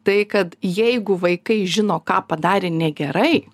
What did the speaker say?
tai kad jeigu vaikai žino ką padarė negerai